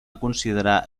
considerar